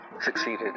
succeeded